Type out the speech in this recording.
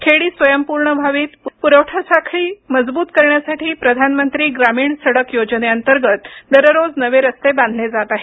खेडी स्वयंपूर्ण व्हावीत पुरवठा साखळी मजबूत करण्यासाठी प्रधानमंत्री ग्रामीण सडक योजनेअंतर्गत दररोज नवे रस्ते बांधले जात आहेत